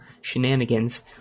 shenanigans